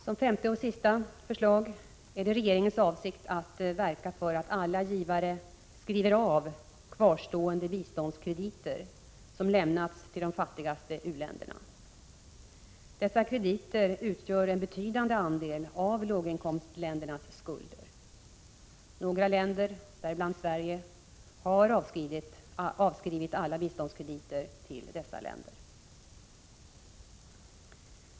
Som femte och sista förslag är det regeringens avsikt att verka för att alla givare skriver av kvarstående biståndskrediter som lämnats till de fattigaste u-länderna. Dessa krediter utgör en betydande andel av låginkomstländernas skulder. Några länder, däribland Sverige, har avskrivit alla biståndskrediter till dessa länder.